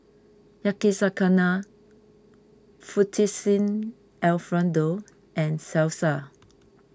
Yakizakana Fettuccine Alfredo and Salsa